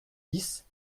dix